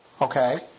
okay